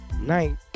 night